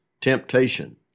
temptation